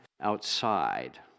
outside